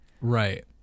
right